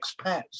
expats